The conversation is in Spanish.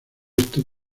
esto